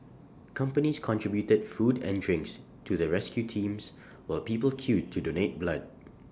companies contributed food and drinks to the rescue teams while people queued to donate blood